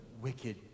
wicked